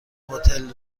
هتل